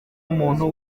umuntu